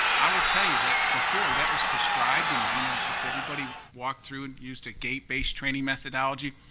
i will tell you that before, that was prescribed and you know just everybody walked through and used a gate-based training methodology.